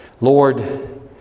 Lord